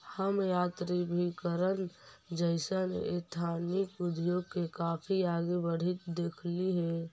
हम यात्राभिकरण जइसन एथनिक उद्योग के काफी आगे बढ़ित देखली हे